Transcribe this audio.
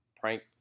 Prank